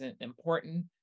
important